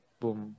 boom